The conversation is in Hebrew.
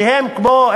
שהם כמו,